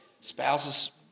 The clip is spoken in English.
Spouses